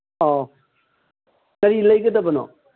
ꯑꯧ ꯀꯔꯤ ꯂꯩꯒꯗꯕꯅꯣ